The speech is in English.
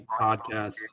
podcast